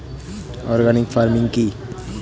Organic farming কি?